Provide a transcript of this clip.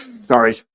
Sorry